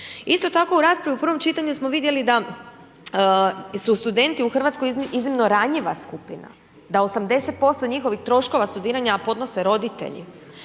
Isto tako u raspravi u prvom čitanju smo vidjeli da su studenti u Hrvatskoj iznimno ranjiva skupina. Da 80% njihovih troškova studiranja podnose roditelji,